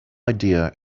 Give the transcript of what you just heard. idea